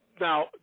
Now